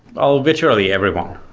oh, virtually everyone.